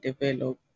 develop